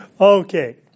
Okay